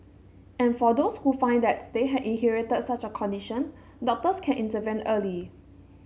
and for those who find that they have inherited such a condition doctors can intervene early